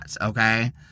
okay